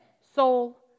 soul